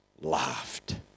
laughed